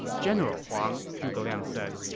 general huang, zhuge liang said,